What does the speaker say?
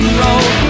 road